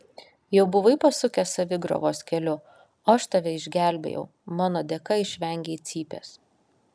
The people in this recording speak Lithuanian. jau buvai pasukęs savigriovos keliu o aš tave išgelbėjau mano dėka išvengei cypės